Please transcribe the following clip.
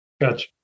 Gotcha